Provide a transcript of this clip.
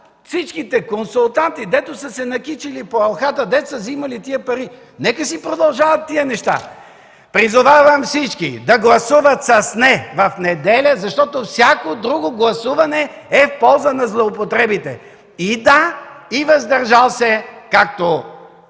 всички консултанти, дето са се накичили по елхата, дето са взимали тези пари, нека си продължават тези неща! Призовавам всички да гласуват с „не” в неделя, защото всяко друго гласуване е в полза на злоупотребите – и „да”, и „въздържал се”, както